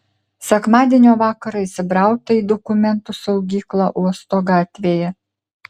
sekmadienio vakarą įsibrauta į dokumentų saugyklą uosto gatvėje